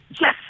Yes